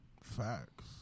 Facts